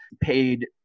paid